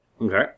Okay